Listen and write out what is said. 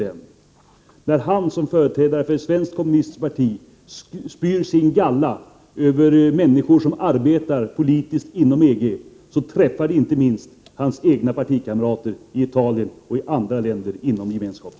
När Paul Lestander som företrädare för ett svenskt kommunistiskt parti spyr sin galla över människor som arbetar politiskt inom EG, träffar det inte minst hans egna partikamrater i Italien och i andra länder inom Gemenskapen.